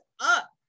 up